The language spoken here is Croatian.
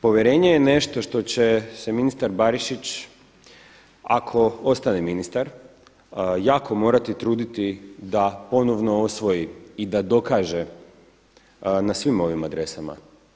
Povjerenje je nešto što će se ministar Barišić ako ostane ministar jako morati truditi da ponovno osvoji i da dokaže na svim ovim adresama.